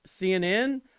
CNN